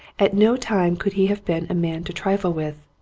at no time could he have been a man to trifle with,